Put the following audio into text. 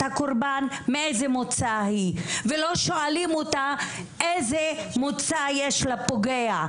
הקורבן מאיזה מוצא היא ולא שואלים אותה איזה מוצא יש לפוגע.